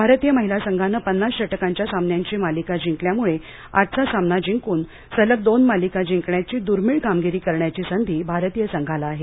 भारतीय महिला संघानं पन्नास षटकांच्या सामन्यांची मालिका जिंकल्याम्ळे आजचा सामना जिंकून सलग दोन मालिका जिंकण्याची दूर्मीळ कामगिरी करण्याची संधी भारतीय संघाला आहे